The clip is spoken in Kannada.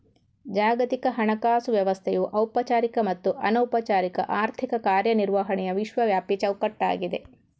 ಜಾಗತಿಕ ಹಣಕಾಸು ವ್ಯವಸ್ಥೆಯು ಔಪಚಾರಿಕ ಮತ್ತು ಅನೌಪಚಾರಿಕ ಆರ್ಥಿಕ ಕಾರ್ಯ ನಿರ್ವಹಣೆಯ ವಿಶ್ವವ್ಯಾಪಿ ಚೌಕಟ್ಟಾಗಿದೆ